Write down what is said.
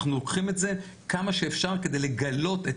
אנחנו לוקחים את זה כמה שאפשר כדי לגלות את